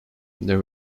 there